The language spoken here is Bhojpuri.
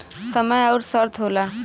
समय अउर शर्त होला